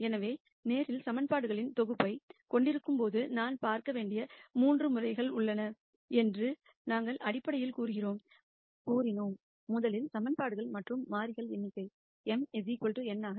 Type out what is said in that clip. எனவே ஒரு லீனியர் ஈகிவேஷன்கள் தொகுப்பைக் கொண்டிருக்கும்போது நான் பார்க்க வேண்டிய 3 முறைகள் உள்ளன என்று நாங்கள் அடிப்படையில் கூறினோம் முதலில் ஈகிவேஷன்கள் மற்றும் மாறிகள் எண்ணிக்கை m n ஆகும்